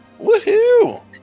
Woohoo